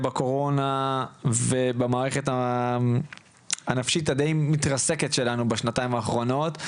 בקורונה ובמערכת הנפשית הדי מתרסקת שלנו בשנתיים האחרונות.